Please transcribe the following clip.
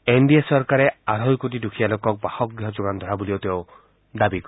N D A চৰকাৰে আঢ়ৈ কোটি দুখীয়া লোকক বাসগৃহ যোগান ধৰা বুলিও তেওঁ দাবী কৰে